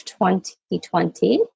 2020